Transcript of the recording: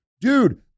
Dude